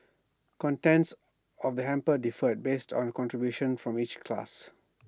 contents of the hampers differed based on contributions from each class